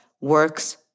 works